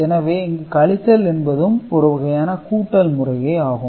எனவே இங்கு கழித்தல் என்பதும் ஒரு வகையான கூட்டல் முறையே ஆகும்